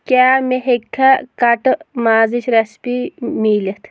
کیٛاہ مےٚ ہیٚککھا کَٹہٕ مازٕچ رٮ۪سِپی میٖلِتھ